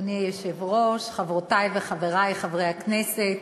אדוני היושב-ראש, חברותי וחברי חברי הכנסת,